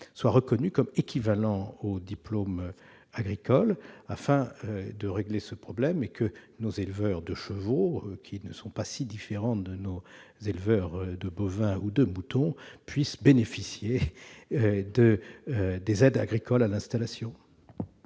soit reconnu comme équivalant à un diplôme agricole, afin que nos éleveurs de chevaux, qui ne sont pas si différents de nos éleveurs de bovins ou de moutons, puissent bénéficier des aides agricoles à l'installation.